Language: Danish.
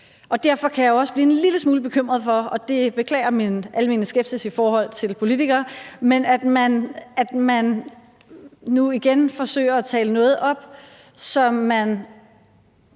Derfor kan jeg også blive en lille smule bekymret for, og jeg beklager min almene skepsis i forhold til politikere, at man nu igen forsøger at tale noget op, som man